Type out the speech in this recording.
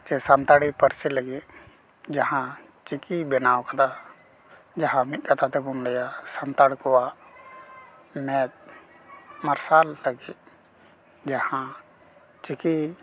ᱪᱮ ᱥᱟᱱᱛᱟᱲᱤ ᱯᱟᱹᱨᱥᱤ ᱞᱟᱹᱜᱤᱫ ᱡᱟᱦᱟᱸ ᱪᱤᱠᱤ ᱵᱮᱱᱟᱣ ᱠᱟᱫᱟ ᱡᱟᱦᱟᱸ ᱢᱤᱫ ᱠᱟᱛᱷᱟ ᱛᱮᱵᱚᱱ ᱞᱟᱹᱭᱟ ᱥᱟᱱᱛᱟᱲ ᱠᱚᱣᱟᱜ ᱢᱮᱫ ᱢᱟᱨᱥᱟᱞ ᱞᱟᱹᱜᱤᱫ ᱡᱟᱦᱟᱸ ᱪᱤᱠᱤ